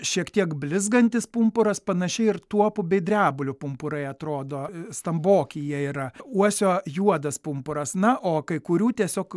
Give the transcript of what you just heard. šiek tiek blizgantis pumpuras panašiai ir tuopų bei drebulių pumpurai atrodo stamboki jie yra uosio juodas pumpuras na o kai kurių tiesiog